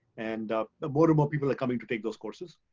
and ah but more people like coming to take those courses.